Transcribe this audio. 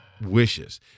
wishes